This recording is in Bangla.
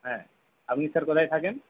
হ্যাঁ আপনি স্যার কোথায় থাকেন